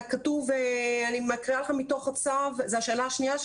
אני מקריאה לך מתוך הצו בו נאמר: